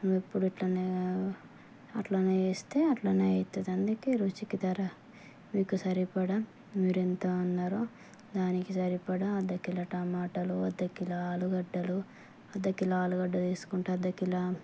నువ్వు ఎప్పుడు ఇట్లానే అట్లానే చేస్తే అట్లానే అవుతుంది అందుకే రుచికి తగ్గ మీకు సరిపడ మీరు ఎంతా అన్నారో దానికి సరిపడ అర్ధ కిలో టమాటాలు ఆర్ధ కిలో ఆలుగడ్డలు అర్ధ కిలో ఆలుగడ్డ తీసుకుంటాను అర్ధ కిలో